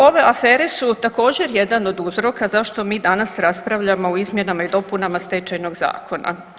Ove afere su također jedan od uzroka zašto mi danas raspravljamo o izmjenama i dopunama stečajnog zakona.